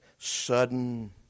sudden